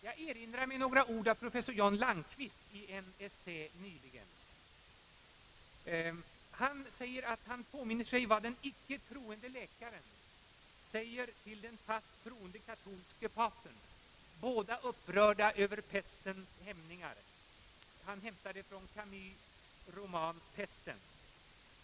Jag erinrar mig några ord av professor John Landquist, som i en essä nyligen skrev att han påminner sig vad den icke troende läkaren säger till den fast troende katolske patern, båda upprörda över pestens härjningar, i Camus” roman Pesten.